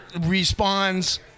responds